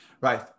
right